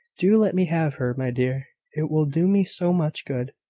do let me have her, my dear it will do me so much good.